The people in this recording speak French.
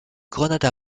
grenades